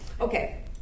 Okay